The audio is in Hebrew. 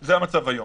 זה המצב היום.